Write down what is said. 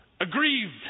aggrieved